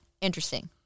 Interesting